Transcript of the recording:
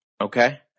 Okay